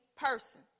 person